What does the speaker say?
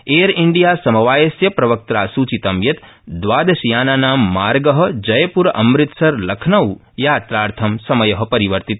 air India समवायस्य प्रवक्त्रा सुचितं यत द्वादशयानानां मार्ग जय र अमृतसर लखनऊ यात्रार्थ समय रिवर्तित